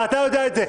ואתה יודע את זה.